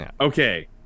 okay